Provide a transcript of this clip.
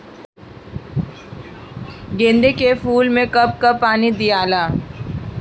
गेंदे के फूल मे कब कब पानी दियाला?